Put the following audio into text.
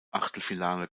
achtelfinale